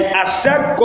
accept